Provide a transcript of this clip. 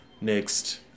next